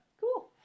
cool